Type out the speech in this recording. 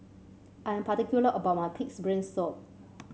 I am particular about my pig's brain soup